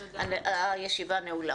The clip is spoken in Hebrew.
הישיבה נעולה.